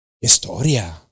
Historia